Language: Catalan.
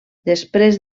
després